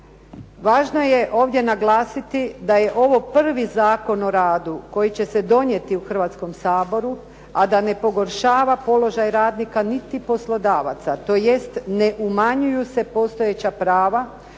Važno je ovdje naglasiti da je ovo prvi Zakon o radu koji će se donijeti u Hrvatskom saboru a da ne pogoršava položaj radnika ali niti poslodavaca, tj. Ne umanjuju se postojeća prava